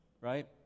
right